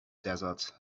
desert